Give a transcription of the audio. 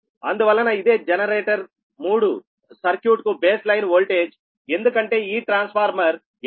అందువలన ఇదే generator 3 circuit కు బేస్ లైన్ ఓల్టేజ్ ఎందుకంటే ఈ ట్రాన్స్ఫార్మర్ యదార్ధంగా 12 KV 120 KV